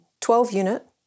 12-unit